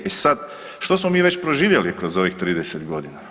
E sad, što smo mi već proživjeli kroz ovih 30 godina?